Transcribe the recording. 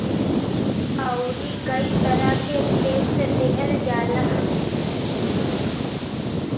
अउरी कई तरह के टेक्स देहल जाला